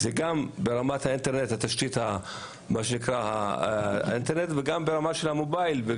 זה גם ברמת תשתית האינטרנט וגם ברמת המובייל.